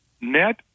net